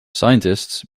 scientists